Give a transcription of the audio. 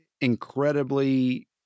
incredibly